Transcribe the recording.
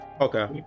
okay